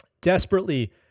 desperately